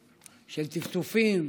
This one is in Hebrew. ו"טפטופים",